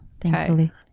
Thankfully